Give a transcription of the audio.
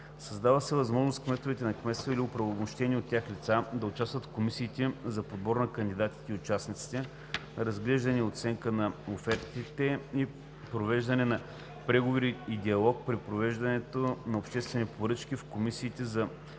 Създава се възможност кметовете на кметства или оправомощени от тях лица да участват в комисиите за подбор на кандидатите и участниците, разглеждане и оценка на офертите и провеждане на преговори и диалог при провеждането на обществени поръчки в комисиите за